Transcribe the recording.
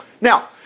Now